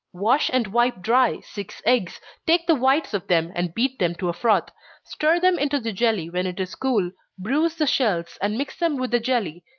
wash and wipe dry six eggs take the whites of them, and beat them to a froth stir them into the jelly when it is cool bruise the shells, and mix them with the jelly,